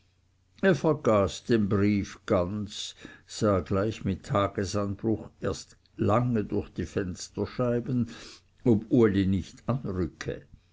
vergaß den brief ganz sah gleich mit tagesanbruch erst lange durch die fensterscheiben ob uli nicht anrücke